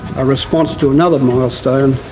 a response to another milestone,